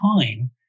time